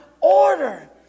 order